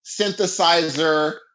synthesizer